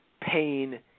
pain